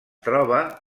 troba